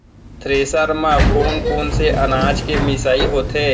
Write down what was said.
Thresher म कोन कोन से अनाज के मिसाई होथे?